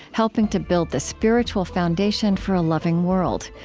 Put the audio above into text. helping to build the spiritual foundation for a loving world.